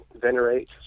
venerate